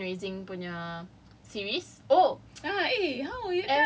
ya then now I just finished my fundraising punya series oh